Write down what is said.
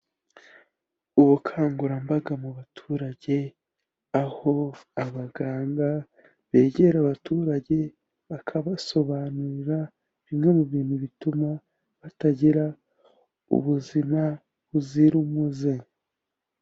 Ubukangurambaga mu baturage, aho abaganga begera abaturage, bakabasobanurira bimwe mu bintu bituma batagira ubuzima buzira umuze.